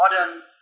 modern